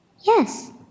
Yes